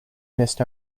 missed